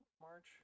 March